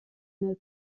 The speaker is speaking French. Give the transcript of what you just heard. une